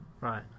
Right